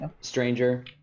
Stranger